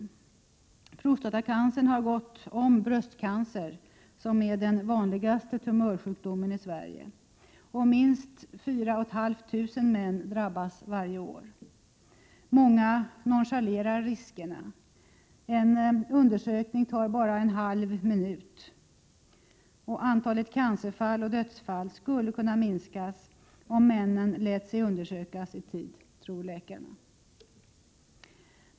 Prostatacancern har gått om bröstcancer som den vanligaste tumörsjukdomen i Sverige. Minst 4 500 män drabbas varje år. Många nonchalerar riskerna. En undersökning tar bara en halv minut. Antalet cancerfall och dödsfall skulle kunna minskas om männen lät undersöka sig i tid, tror läkarna.